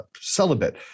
celibate